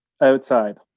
Outside